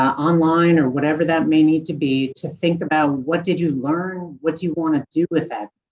online or whatever that may need to be to think about what did you learn? what do you wanna do with that?